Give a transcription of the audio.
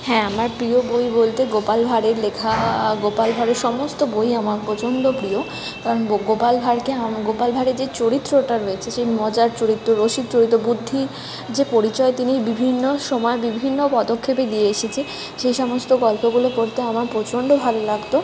হ্যাঁ আমার প্রিয় বই বলতে গোপাল ভাঁড়ের লেখা গোপাল ভাঁড়ের সমস্ত বই আমার প্রচণ্ড প্রিয় কারণ গো গোপাল ভাঁড়কে আম গোপাল ভাঁড়ের যে চরিত্রটা রয়েছে সেই মজার চরিত্র রসিক চরিত্র বুদ্ধি যে পরিচয় তিনি বিভিন্ন সময় বিভিন্ন পদক্ষেপে দিয়ে এসেছে সেই সমস্ত গল্পগুলো পড়তে আমার প্রচণ্ড ভালো লাগতো